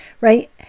right